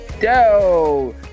Doe